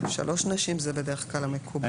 שלוש נשים זה בדרך כלל המקובל.